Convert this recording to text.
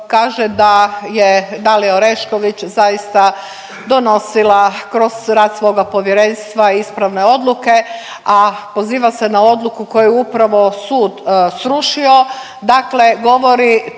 Kaže da je Dalija Orešković zaista donosila kroz rad svoga povjerenstva ispravne odluke, a poziva se na odluku koju upravo sud srušio.